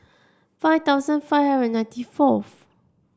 five thousand five hundred ninety fourth